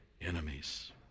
enemies